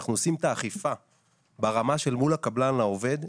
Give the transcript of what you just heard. כשאנחנו עושים את האכיפה ברמה שמול הקבלן לעובד,